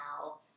now